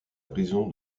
prison